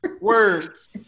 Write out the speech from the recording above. Words